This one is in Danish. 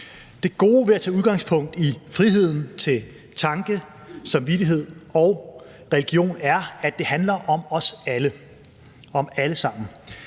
Det gode ved at tage udgangspunkt i friheden for tanke, samvittighed og religion er, at det handler om os alle – om os alle sammen.